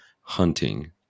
hunting